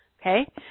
okay